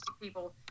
people